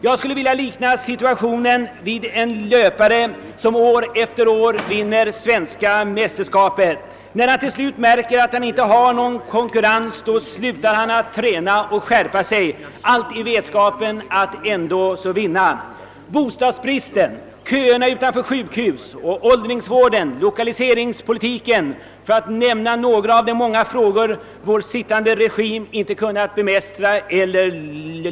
Jag skulle vilja likna den nuvarande politiska situationen vid en löpare, som år efter år vinner svenska mästerskapet. När han till slut märker att han inte har någon konkurrens slutar han att träna och att skärpa sig i vetskapen om att han ändå kommer att vinna. Bostadsbristen, köerna utanför sjukhusen, åldringsvården och lokaliseringspolitiken är några av de många problem som vår sittande regim inte kunnat lösa.